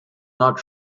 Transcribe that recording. not